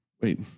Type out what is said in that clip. Wait